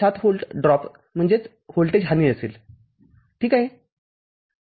७ volt drop असेल ठीक आहे